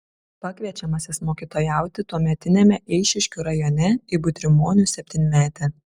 pakviečiamas jis mokytojauti tuometiniame eišiškių rajone į butrimonių septynmetę